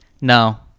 No